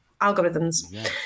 algorithms